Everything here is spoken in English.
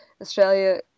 Australia